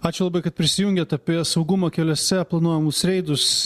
ačiū labai kad prisijungėt apie saugumą keliuose planuojamus reidus